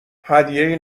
هدیه